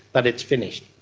but it's finished.